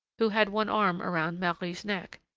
who had one arm around marie's neck,